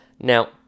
Now